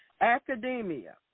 Academia